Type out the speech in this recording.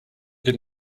that